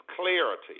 clarity